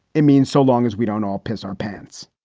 it means so long as we don't all piss our pants